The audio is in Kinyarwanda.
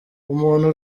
umuntu